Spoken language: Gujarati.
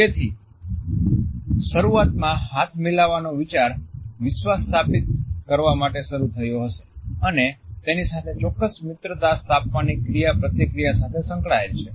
તેથી શરૂઆતમાં હાથ મિલાવવાનો વિચાર વિશ્વાસ સ્થાપિત કરવા માટે શરુ થયો હશે અને તેની સાથે ચોક્કસ મિત્રતા સ્થાપવાની ક્રિયાપ્રતિક્રિયા સાથે સંકળાયેલ છે